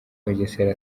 mugesera